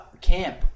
Camp